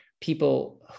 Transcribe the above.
people